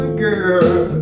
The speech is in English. girl